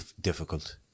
difficult